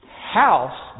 House